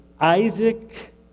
Isaac